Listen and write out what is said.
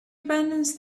abandons